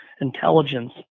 intelligence